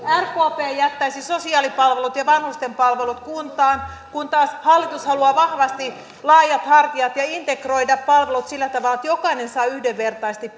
rkp jättäisi sosiaalipalvelut ja vanhustenpalvelut kuntaan kun taas hallitus haluaa vahvasti laajat hartiat ja integroida palvelut sillä tavalla että jokainen saa yhdenvertaisesti